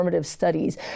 studies